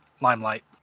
limelight